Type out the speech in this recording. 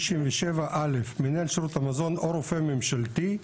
167א מנהל שירות המזון או רופא ממשלתי,